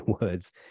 words